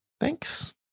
Thanks